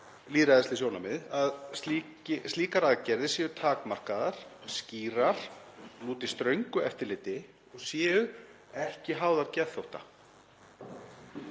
lýðræðisleg sjónarmið að slíkar aðgerðir séu takmarkaðar, skýrar, lúti ströngu eftirliti og séu ekki háðar geðþótta.